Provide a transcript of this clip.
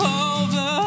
over